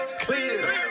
clear